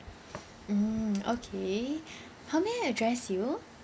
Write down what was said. mm okay how may I address you